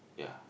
yeah